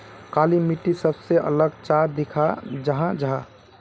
काली मिट्टी सबसे अलग चाँ दिखा जाहा जाहा?